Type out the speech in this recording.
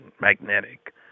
magnetic